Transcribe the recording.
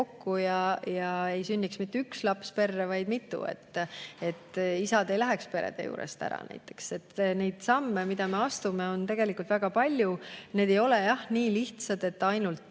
ja ei sünniks mitte üks laps perre, vaid mitu, et isad ei läheks perede juurest ära, näiteks. Neid samme, mida me astume, on tegelikult väga palju. Need ei ole jah nii lihtsad, et [anname]